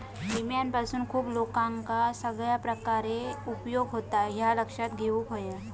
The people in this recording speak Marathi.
विम्यापासून खूप लोकांका सगळ्या प्रकारे उपयोग होता, ह्या लक्षात घेऊक हव्या